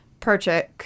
Perchik